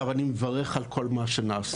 אני מברך על כל מה שנעשה,